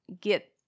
get